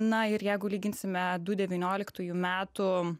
na ir jeigu lyginsime du devynioliktųjų metų